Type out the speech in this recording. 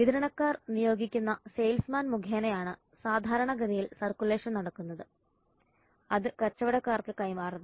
വിതരണക്കാർ നിയോഗിക്കുന്ന സെയിൽസ്മാൻ മുഖേനയാണ് സാധാരണഗതിയിൽ സർക്കുലേഷൻ നടക്കുന്നത് അത് കച്ചവടക്കാർക്ക് കൈമാറുന്നു